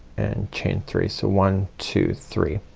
and chain three. so one, two, three.